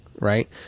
right